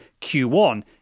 Q1